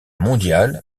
mondial